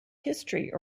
history